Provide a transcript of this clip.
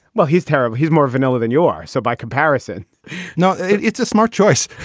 well, he's terrible. he's more vanilla than you are. so by comparison now, it's a smart choice.